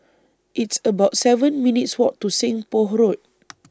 It's about seven minutes' Walk to Seng Poh Road